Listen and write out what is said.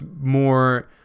more